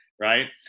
right